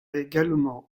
également